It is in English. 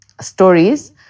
stories